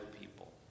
people